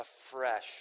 afresh